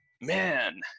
man